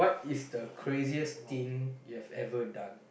is the craziest thing you have ever done